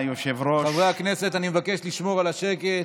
חברי הכנסת, אני מבקש לשמור על השקט.